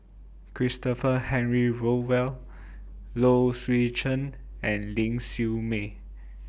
Christopher Henry Rothwell Low Swee Chen and Ling Siew May